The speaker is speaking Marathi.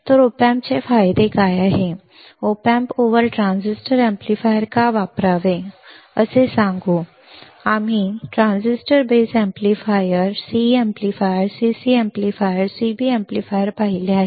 तर ऑप अँपचे फायदे काय आहेत op amp over transistor amplifier का वापरावे असे सांगू आम्ही transistor base amplifier CE amplifier CC amplifier CB amplifier पाहिले आहे